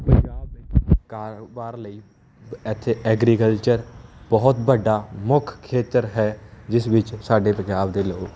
ਪੰਜਾਬ ਵਿਚ ਕਾਰੋਬਾਰ ਲਈ ਇੱਥੇ ਐਗਰੀਕਲਚਰ ਬਹੁਤ ਵੱਡਾ ਮੁੱਖ ਖੇਤਰ ਹੈ ਜਿਸ ਵਿੱਚ ਸਾਡੇ ਪੰਜਾਬ ਦੇ ਲੋਕ